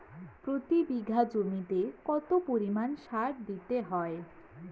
প্রতি বিঘা জমিতে কত পরিমাণ সার দিতে হয়?